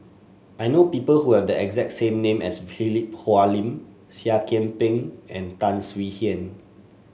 I know people who have the exact same name as Philip Hoalim Seah Kian Peng and Tan Swie Hian